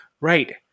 Right